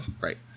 Right